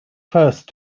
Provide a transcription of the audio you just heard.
first